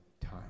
time